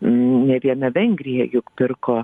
ne viena vengrija juk pirko